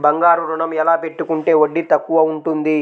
బంగారు ఋణం ఎలా పెట్టుకుంటే వడ్డీ తక్కువ ఉంటుంది?